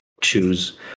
choose